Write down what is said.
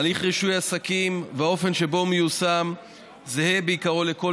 הליך רישוי עסקים והאופן שבו הוא מיושם זהה בעיקרו לכל